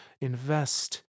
Invest